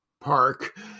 Park